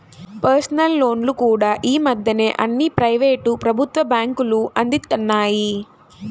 personal లోన్లు కూడా యీ మద్దెన అన్ని ప్రైవేటు, ప్రభుత్వ బ్యేంకులూ అందిత్తన్నాయి